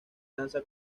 danza